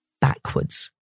Backwards